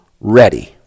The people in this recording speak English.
ready